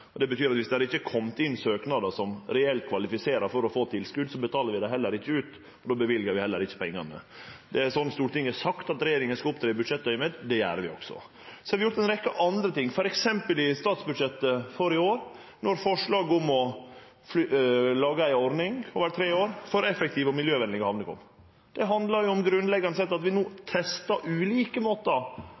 gjer. Det betyr at viss det ikkje er komne inn søknadar som reelt kvalifiserer til å få tilskot, betaler vi det heller ikkje ut, og då løyver vi heller ikkje pengane. Det er slik Stortinget har sagt at regjeringa skal opptre i budsjettaugneméd, og det gjer vi også. Så har vi gjort ei rekkje andre ting, f.eks. i statsbudsjettet for i år, med forslaget om å lage ei ordning over tre år for effektive og miljøvenlege hamner. Det handlar grunnleggjande sett om at vi no testar ulike måtar